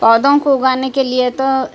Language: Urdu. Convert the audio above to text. پودوں کو اگانے کے لئے تو